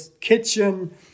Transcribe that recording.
kitchen